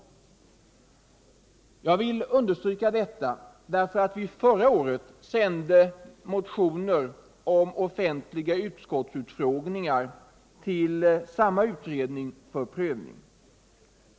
Jag vill understryka detta därför att vi förra året sände förslaget om offentliga utskottsutfrågningar till samma utredning för prövning.